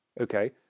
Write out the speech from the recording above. okay